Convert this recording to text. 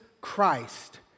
Christ